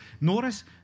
Notice